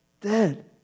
dead